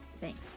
Thanks